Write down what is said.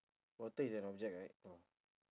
water is an object right ah